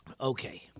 Okay